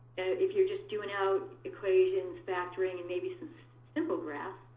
if you're just doing out equations, factoring, and maybe some simple graphs,